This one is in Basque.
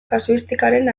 kasuistikaren